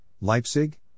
Leipzig